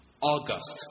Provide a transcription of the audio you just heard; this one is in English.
August